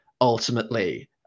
ultimately